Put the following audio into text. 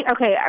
okay